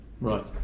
Right